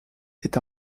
est